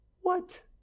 What